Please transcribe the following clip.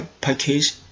package